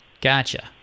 Gotcha